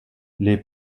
les